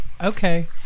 okay